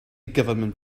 government